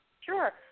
Sure